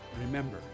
Remember